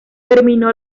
terminó